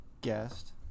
guest